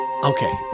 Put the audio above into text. Okay